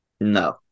No